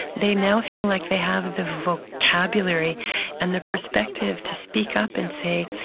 they now feel like they have the vocabulary and the perspective to speak up and say,